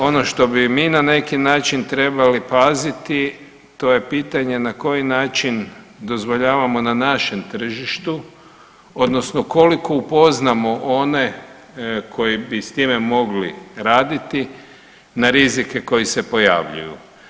Ono što bi mi na neki način trebali paziti to je pitanje na koji način dozvoljavamo na našem tržištu, odnosno koliko upoznamo one koji bi s time mogli raditi na rizike koji se pojavljuju.